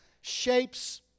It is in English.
shapes